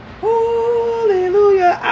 Hallelujah